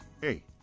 Hey